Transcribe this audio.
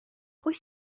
pwy